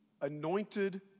anointed